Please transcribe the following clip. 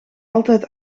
altijd